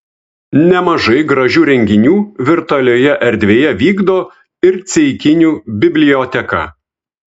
nemažai gražių renginių virtualioje erdvėje vykdo ir ceikinių biblioteka